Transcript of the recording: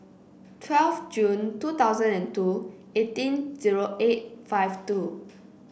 twelve Jun two thousand and two eighteen zero eight five two